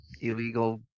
illegal